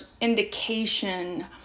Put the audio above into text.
indication